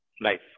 life